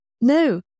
no